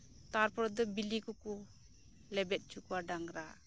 ᱛᱟᱨᱯᱚᱨᱮ ᱫᱚ ᱵᱮᱹᱞᱮᱹᱠᱚᱠᱚ ᱞᱮᱵᱮᱫ ᱦᱚᱪᱩ ᱠᱚᱣᱟ ᱰᱟᱝᱨᱟ